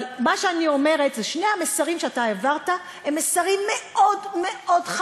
מה שאני אומרת זה ששני המסרים שאתה העברת הם מסרים חמורים מאוד מאוד.